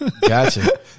Gotcha